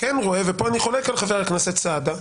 ופה אני חולק על חבר הכנסת סעדה,